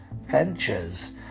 ventures